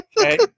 Okay